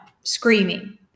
screaming